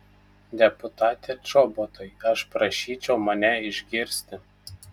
deputate čobotai aš prašyčiau mane išgirsti